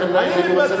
לכן אינני רוצה להגיב.